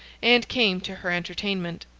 and came to her entertainment.